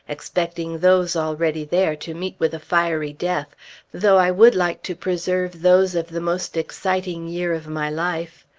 expecting those already there to meet with a fiery death though i would like to preserve those of the most exciting year of my life.